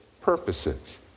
purposes